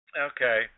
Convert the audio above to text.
Okay